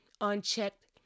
unchecked